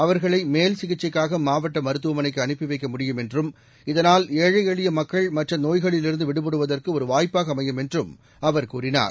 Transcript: அவர்களை மேல்சிகிச்சைக்காக மாவட்ட மருத்துவமனைக்கு அனுப்பி வைக்க முடியும் என்றும் இதனால் ஏழை எளிய மக்கள் மற்ற நோய்களிலிருந்து விடுபடுவதற்கு ஒரு வாய்ப்பாக அமையும் என்றும் அவர் கூறினார்